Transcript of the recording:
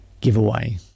giveaway